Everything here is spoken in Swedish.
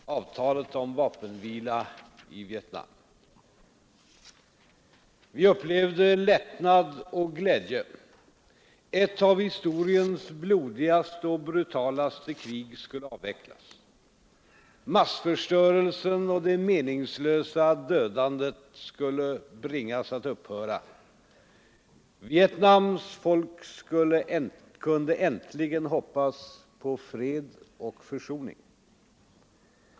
Herr talman! Jag skall inte falla för frestelsen att omedelbart kommentera det här intressanta ordskiftet — jag kanske återkommer senare. För ett år sedan undertecknades i Paris avtalet om vapenvilan i Vietnam. Vi upplevde lättnad och glädje. Ett av historiens blodigaste och brutalaste krig skulle avvecklas. Massförstörelsen och det meningslösa dödandet skulle bringas att upphöra. Vietnams folk kunde äntligen hoppas på fred och försoning.